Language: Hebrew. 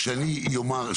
כשאני אומר,